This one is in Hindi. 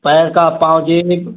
पैर का पाजेब